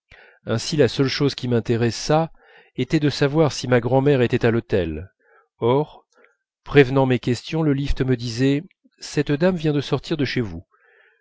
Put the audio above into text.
ainsi la seule chose qui m'intéressât était de savoir si ma grand'mère était à l'hôtel or prévenant mes questions le lift me disait cette dame vient de sortir de chez vous